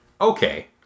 Okay